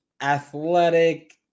athletic